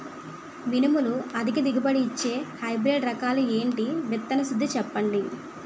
మినుములు అధిక దిగుబడి ఇచ్చే హైబ్రిడ్ రకాలు ఏంటి? విత్తన శుద్ధి చెప్పండి?